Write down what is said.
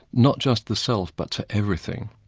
not just the self but to everything.